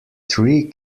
three